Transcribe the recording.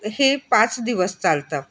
हे पाच दिवस चालतं